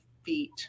feet